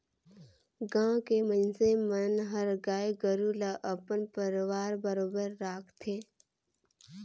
गाँव के मइनसे मन हर गाय गोरु ल अपन परवार बरोबर राखथे